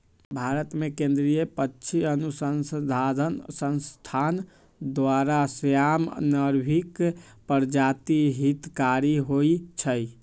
भारतमें केंद्रीय पक्षी अनुसंसधान संस्थान द्वारा, श्याम, नर्भिक प्रजाति हितकारी होइ छइ